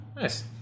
Nice